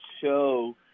show